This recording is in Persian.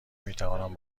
میتوانم